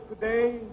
today